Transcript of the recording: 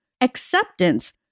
Acceptance